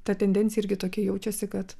ta tendencija irgi tokia jaučiasi kad